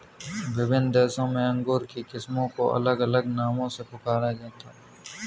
विभिन्न देशों में अंगूर की किस्मों को अलग अलग नामों से पुकारा जाता है